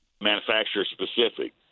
manufacturer-specific